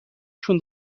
چون